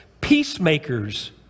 Peacemakers